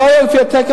שלא היה לפי התקן.